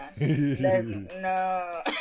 No